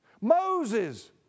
Moses